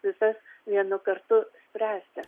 visas vienu kartu spręsti